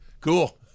Cool